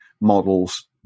models